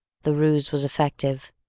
the ruse was effective.